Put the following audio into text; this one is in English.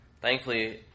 Thankfully